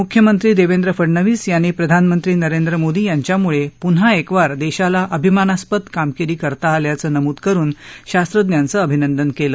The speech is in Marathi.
मुख्यमंत्री देवेंद्र फडणवीस यांनी प्रधानमंत्री नरेंद्र मोदी यांच्यामुळे पुन्हा एकवार देशाला अभिमानस्पद कामगिरी करता आल्याचं नमुद करुन शास्त्रज्ञांचं अभिनंदन केलं